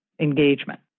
engagement